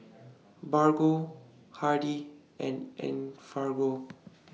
Bargo Hardy's and Enfagrow